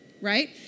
right